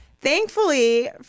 Thankfully